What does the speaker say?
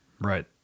Right